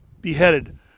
beheaded